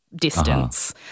distance